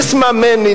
אסמע מני,